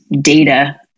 data